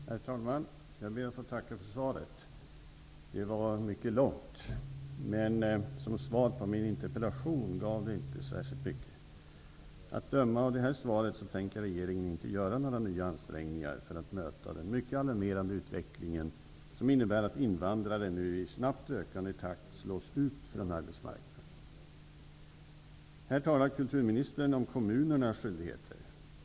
Herr talman! Jag ber att få tacka för svaret. Det var mycket långt, men som svar på min interpellation var det inte särskilt mycket. Att döma av det här svaret tänker regeringen inte göra några nya ansträngningar för att möta den mycket alarmerande utvecklingen, som innebär att invandrare nu i snabbt ökande takt slås ut från arbetsmarknaden. Här talar kulturministern om kommunernas skyldigheter.